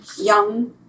young